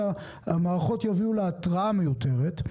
אלא המערכות יביאו להתרעה מיותרת.